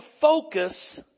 focus